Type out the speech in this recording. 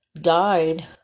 died